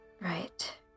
Right